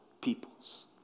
peoples